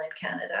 Canada